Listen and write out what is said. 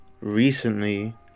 recently